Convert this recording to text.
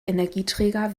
energieträger